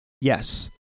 Yes